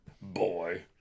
boy